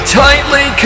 tightly